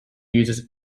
uses